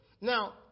Now